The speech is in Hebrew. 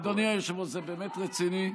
אדוני היושב-ראש, זה באמת רציני?